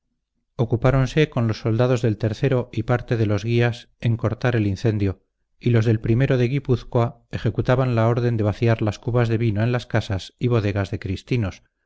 villafranca ocupáronse con los soldados del o y parte de los guías en cortar el incendio y los del o de guipúzcoa ejecutaban la orden de vaciar las cubas de vino en las casas y bodegas de cristinos